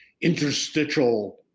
interstitial